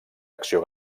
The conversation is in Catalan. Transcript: acció